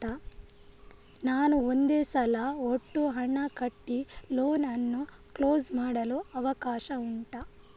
ನಾನು ಒಂದೇ ಸಲ ಒಟ್ಟು ಹಣ ಕಟ್ಟಿ ಲೋನ್ ಅನ್ನು ಕ್ಲೋಸ್ ಮಾಡಲು ಅವಕಾಶ ಉಂಟಾ